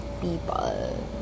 people